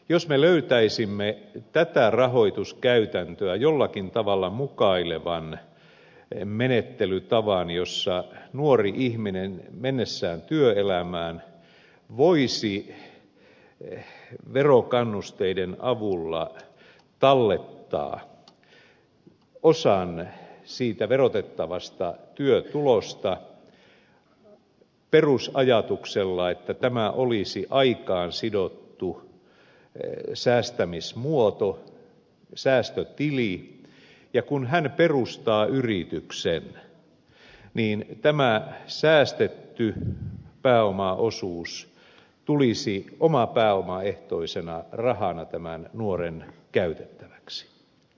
jos me löytäisimme tätä rahoituskäytäntöä jollakin tavalla mukailevan menettelytavan jossa nuori ihminen mennessään työelämään voisi verokannusteiden avulla tallettaa osan siitä verotettavasta työtulostaan perusajatuksella että tämä olisi aikaan sidottu säästämismuoto säästötili ja kun hän perustaa yrityksen niin tämä säästetty pääomaosuus tulisi omapääomaehtoisena rahana tämän nuoren käytettäväksi